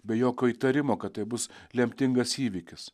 be jokio įtarimo kad tai bus lemtingas įvykis